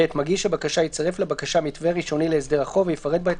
(ב)מגיש הבקשה יצרף לבקשה מתווה ראשוני להסדר החוב ויפרט בה את